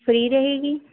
free رہے گی